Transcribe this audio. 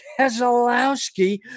Keselowski